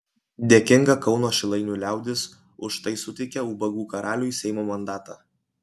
dėkinga kauno šilainių liaudis už tai suteikė ubagų karaliui seimo mandatą